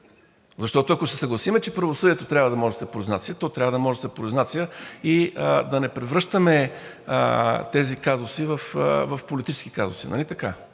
Защото, ако се съгласим, че правосъдието трябва да може да се произнася, то трябва да може да се произнася и да не превръщаме тези казуси в политически казуси,